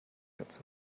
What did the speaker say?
dazu